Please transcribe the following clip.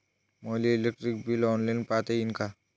मले electric bill online पायता येईन का?